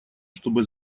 чтобы